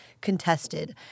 Contested